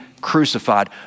crucified